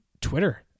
twitter